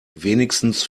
wenigstens